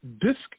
Disc